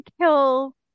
kill